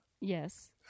Yes